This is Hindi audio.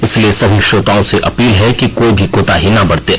इसलिए सभी श्रोताओं से अपील है कि कोई भी कोताही ना बरतें